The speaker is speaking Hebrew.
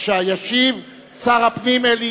ישיב שר הפנים אלי